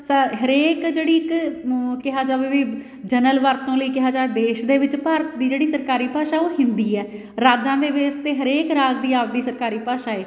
ਸਾਰ ਹਰੇਕ ਜਿਹੜੀ ਇੱਕ ਕਿਹਾ ਜਾਵੇ ਵੀ ਜਨਰਲ ਵਰਤੋਂ ਲਈ ਕਿਹਾ ਜਾਵੇ ਦੇਸ਼ ਦੇ ਵਿੱਚ ਭਾਰਤ ਦੀ ਜਿਹੜੀ ਸਰਕਾਰੀ ਭਾਸ਼ਾ ਉਹ ਹਿੰਦੀ ਹੈ ਰਾਜਾਂ ਦੇ ਬੇਸ 'ਤੇ ਹਰੇਕ ਰਾਜ ਦੀ ਆਪ ਦੀ ਸਰਕਾਰੀ ਭਾਸ਼ਾ ਹੈ